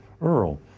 Earl